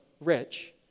rich